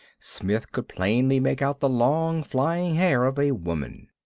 smith could plainly make out the long, flying hair of a woman.